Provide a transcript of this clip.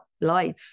life